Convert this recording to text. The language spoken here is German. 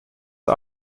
der